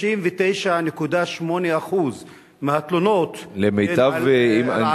99.8% מהתלונות הן על רעשים,